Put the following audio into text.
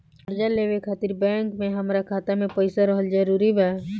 कर्जा लेवे खातिर बैंक मे हमरा खाता मे पईसा रहल जरूरी बा?